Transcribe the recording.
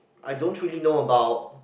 I don't really know about